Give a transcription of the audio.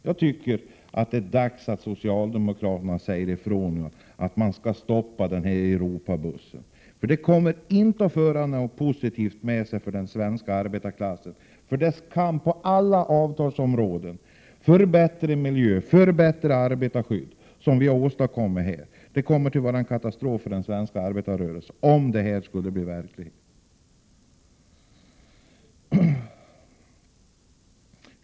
Jag tycker att det är dags att socialdemokraterna säger ifrån att man måste stoppa denna Europabuss. En sådan politik kommer inte att föra något positivt med sig för den svenska arbetarklassen, för dess kamp på alla avtalsområden: förbättrad miljö och förbättrat arbetarskydd som vi åstadkommit. En sådan politik kommer att bli en katastrof för den svenska arbetarrörelsen.